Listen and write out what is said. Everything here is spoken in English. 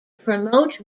promote